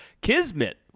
Kismet